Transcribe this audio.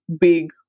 big